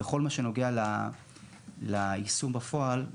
בכל מה שנוגע ליישום בפועל,